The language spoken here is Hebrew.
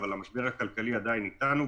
אבל המשבר הכלכלי עדיין אתנו,